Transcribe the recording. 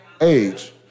age